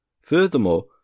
Furthermore